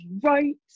right